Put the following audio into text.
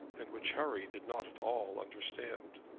and which harry did not at all understand.